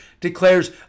declares